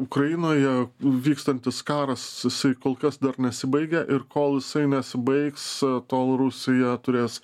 ukrainoje vykstantis karas jisai kol kas dar nesibaigia ir kol jisai nesibaigs tol rusija turės